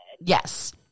Yes